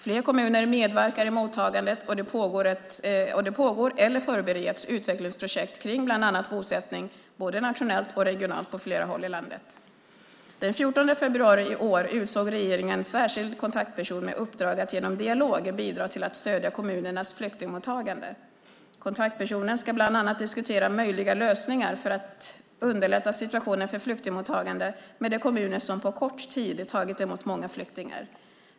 Fler kommuner medverkar i mottagandet, och det pågår eller förbereds utvecklingsprojekt kring bland annat bosättning både nationellt och regionalt på flera håll i landet. Den 14 februari i år utsåg regeringen en särskild kontaktperson med uppdrag att genom dialog bidra till att stödja kommunernas flyktingmottagande . Kontaktpersonen ska bland annat diskutera möjliga lösningar för att underlätta situationen för flyktingmottagande med de kommuner som på kort tid tagit emot många flyktingar.